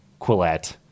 Quillette